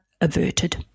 averted